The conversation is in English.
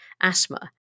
asthma